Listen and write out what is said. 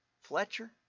Fletcher